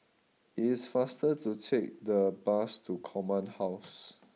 it is faster to take the bus to Command House